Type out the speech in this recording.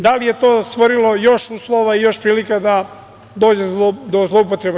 Da li je to stvorilo još uslova i još prilika da dođe do zloupotreba?